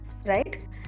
right